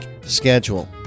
schedule